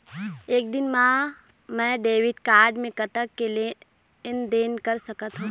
एक दिन मा मैं डेबिट कारड मे कतक के लेन देन कर सकत हो?